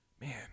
Man